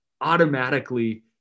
automatically